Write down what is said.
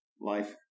life